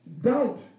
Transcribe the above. doubt